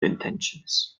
intentions